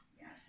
Yes